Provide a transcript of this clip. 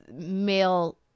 male